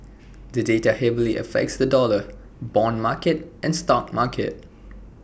the data heavily affects the dollar Bond market and stock market